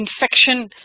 infection